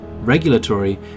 regulatory